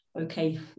okay